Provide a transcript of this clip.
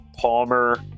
Palmer